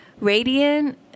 radiant